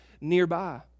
nearby